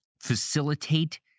facilitate